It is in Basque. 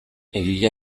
egia